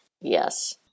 Yes